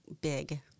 big